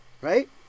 Right